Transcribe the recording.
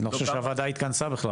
אני לא חושב שהוועדה התכנסה בכלל,